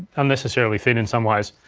unnecessarily thin in some ways.